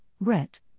RET